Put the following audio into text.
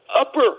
upper